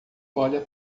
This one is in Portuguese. olha